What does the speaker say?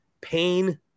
pain